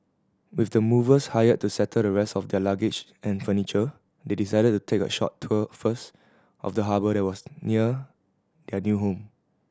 with the movers hired to settle the rest of their luggage and furniture they decided to take a short tour first of the harbour that was near their new home